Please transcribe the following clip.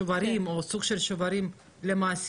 שוברים או סוג של שוברים למעסיקים,